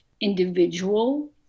individual